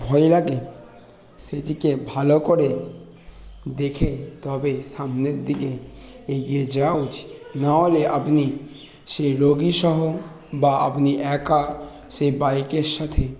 ভয় লাগে সেদিকে ভালো করে দেখে তবে সামনের দিকে এগিয়ে যাওয়া উচিত নাহলে আপনি সেই রোগীসহ বা আপনি একা সেই বাইকের সাথে